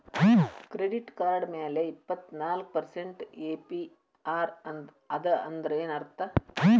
Credit card ಮ್ಯಾಲೆ ಇಪ್ಪತ್ನಾಲ್ಕ್ percent APR ಅದ ಅಂದ್ರೇನ್ ಅರ್ಥ?